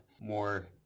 more